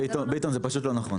ביטון זה פשוט לא נכון,